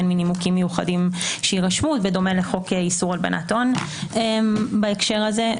מנימוקים מיוחדים שיירשמו בדומה לחוק איסור הלבנת הון בהקשר הזה,